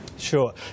Sure